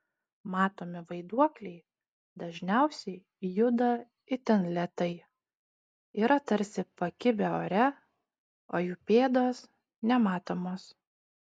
matomi vaiduokliai dažniausiai juda itin lėtai yra tarsi pakibę ore o jų pėdos nematomos